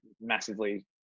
massively